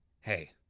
Hey